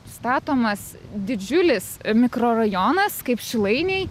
statomas didžiulis mikrorajonas kaip šilainiai